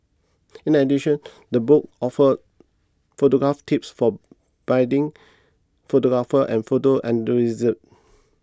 in addition the book offers photography tips for budding photographers and photo enthusiasts